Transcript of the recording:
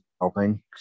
helping